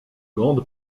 grande